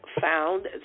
found